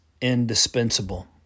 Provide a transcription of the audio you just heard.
indispensable